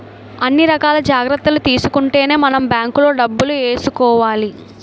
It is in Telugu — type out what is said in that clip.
అన్ని రకాల జాగ్రత్తలు తీసుకుంటేనే మనం బాంకులో డబ్బులు ఏసుకోవాలి